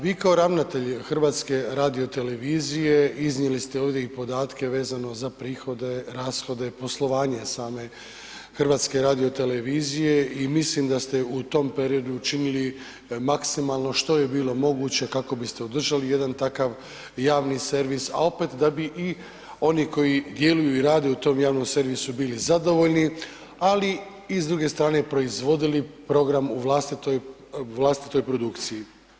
Vi kao ravnatelj HRT-a iznijeli ste ovdje i podatke vezano za prihode, rashode, poslovanje same HRT i mislim da ste u tom periodu učinili maksimalno što je bilo moguće kako biste održali jedan takav javni servis a opet da bi i oni koji djeluju i rade u tom javnom servisu bili zadovoljni ali i s druge strane, proizvodili program u vlastitoj produkciji.